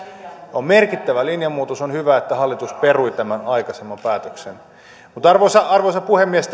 on merkittävä linjanmuutos ja on hyvä että hallitus perui aikaisemman päätöksen arvoisa arvoisa puhemies